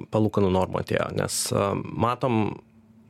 palūkanų normų atėjo nes matom